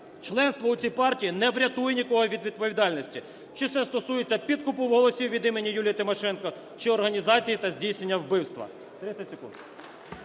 членство у цій партії не врятує нікого від відповідальності, чи це стосується підкупу голосів від імені Юлії Тимошенко, чи організації та здійснення вбивства.